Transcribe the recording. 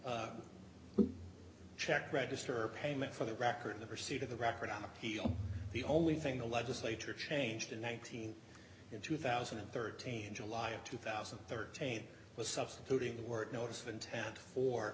check register or payment for the record in the pursuit of the record on appeal the only thing the legislature changed in nineteen in two thousand and thirteen july of two thousand and thirteen was substituting the word notice of intent for